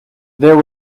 there